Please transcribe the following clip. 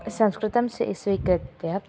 संस्कृतं सि स्वीकृत्य